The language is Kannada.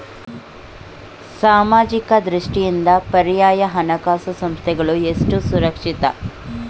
ಸಾಮಾಜಿಕ ದೃಷ್ಟಿಯಿಂದ ಪರ್ಯಾಯ ಹಣಕಾಸು ಸಂಸ್ಥೆಗಳು ಎಷ್ಟು ಸುರಕ್ಷಿತ?